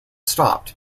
stopped